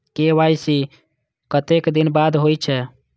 KYC कतेक दिन बाद होई छै?